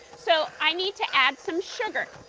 so i need to add some sugar.